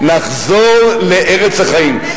נחזור לארץ החיים.